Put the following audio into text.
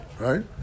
right